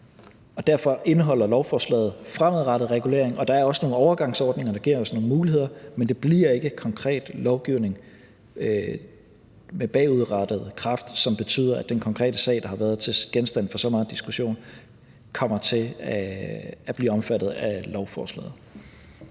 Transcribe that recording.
Derfor indeholder lovforslaget fremadrettet regulering, og der er også nogle overgangsordninger, der giver os nogle muligheder, men det bliver ikke konkret lovgivning med bagudrettet kraft, som betyder, at den konkrete sag, der har været genstand for så meget diskussion, kommer til at blive omfattet af lovforslaget.